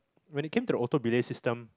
when it came to the auto belay system